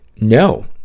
No